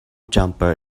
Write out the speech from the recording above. jumper